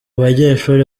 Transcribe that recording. banyeshuri